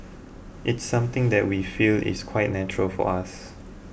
it's something that we feel is quite natural for us